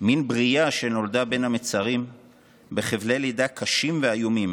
מין ברייה שנולדה בין המצרים בחבלי לידה קשים ואיומים